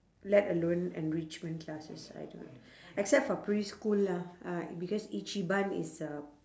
let alone enrichment classes I don't except for preschool lah uh because ichiban is a